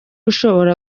ushobora